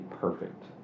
perfect